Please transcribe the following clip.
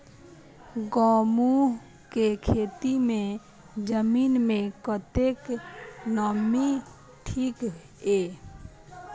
गहूम के खेती मे जमीन मे कतेक नमी ठीक ये?